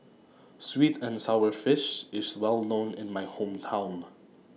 Sweet and Sour Fish IS Well known in My Hometown